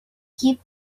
keep